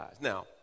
Now